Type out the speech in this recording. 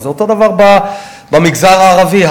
אותו הדבר במגזר הערבי,